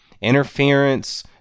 interference